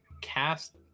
cast